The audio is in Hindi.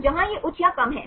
तो जहां यह उच्च या कम है